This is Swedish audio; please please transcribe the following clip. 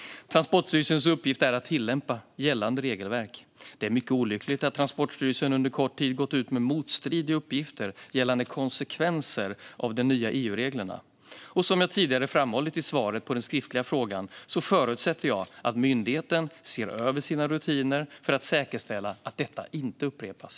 Transportstyrelsens uppgift är att tillämpa gällande regelverk. Det är mycket olyckligt att Transportstyrelsen under kort tid gått ut med motstridiga uppgifter gällande konsekvenserna av de nya EU-reglerna. Som jag tidigare framhållit i svaret på den skriftliga frågan förutsätter jag att myndigheten ser över sina rutiner för att säkerställa att detta inte upprepas.